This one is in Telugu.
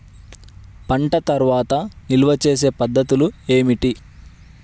పంట తర్వాత నిల్వ చేసే పద్ధతులు ఏమిటి?